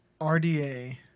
RDA